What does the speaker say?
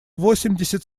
восемьдесят